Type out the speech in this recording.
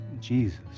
Jesus